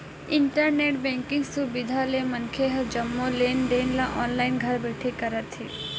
internet banking सुबिधा ले मनखे ह जम्मो लेन देन ल ऑनलाईन घर बइठे करत हे